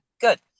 good